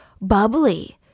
bubbly